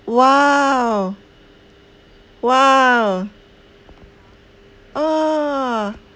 !wow! !wow! oh